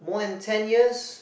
more than ten years